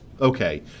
okay